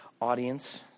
audience